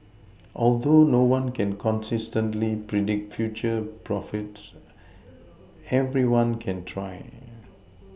although no one can consistently predict future profits everyone can try